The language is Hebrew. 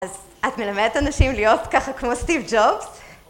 אז את מלמדת אנשים להיות ככה כמו סטיב ג'ובס?